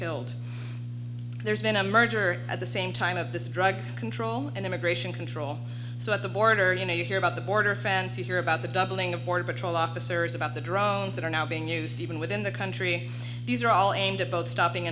killed there's been a murder at the same time of this drug control and immigration control so at the border you know you hear about the border fence you hear about the doubling of border patrol officers about the drones that are now being used even within the country these are all aimed at both stopping